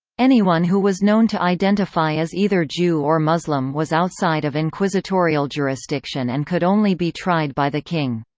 anyone who was known to identify as either jew or muslim was outside of inquisitorial jurisdiction and could only be tried by the king.